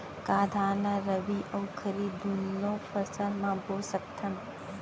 का धान ला रबि अऊ खरीफ दूनो मौसम मा बो सकत हन?